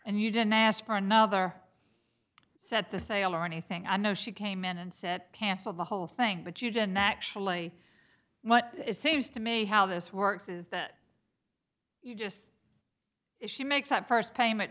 and you didn't ask for another set the sale or anything i know she came in and set canceled the whole thing but you didn't actually what it seems to me how this works is that you just if she makes that first payment